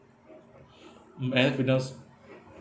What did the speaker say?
mm firdaus